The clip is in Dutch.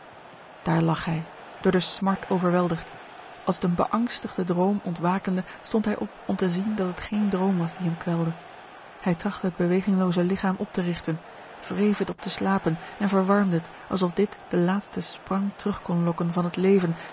daar lag hij door de smart overweldigd als uit een beangstigde droom ontwakende stond hij op om te zien dat het geen george een ongeluksvogel droom was die hem kwelde hij trachtte het beweginglooze ligchaam op te rigten wreef het op de slapen en verwarmde het alsof dit de laatste sprank terug kon lokken van het leven